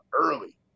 early